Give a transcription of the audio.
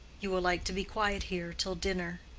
you will like to be quiet here till dinner.